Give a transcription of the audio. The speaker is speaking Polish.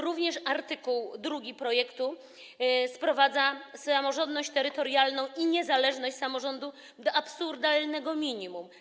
Również art. 2 projektu sprowadza samorządność terytorialną i niezależność samorządu do absurdalnego minimum.